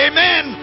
Amen